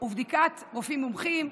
ובדיקת רופאים מומחים,